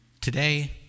today